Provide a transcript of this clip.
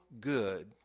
good